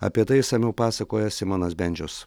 apie tai išsamiau pasakoja simonas bendžius